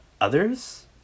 others